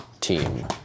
team